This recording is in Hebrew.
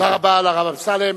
תודה רבה לרב אמסלם.